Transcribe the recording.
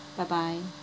bye bye